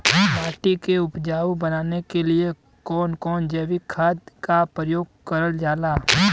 माटी के उपजाऊ बनाने के लिए कौन कौन जैविक खाद का प्रयोग करल जाला?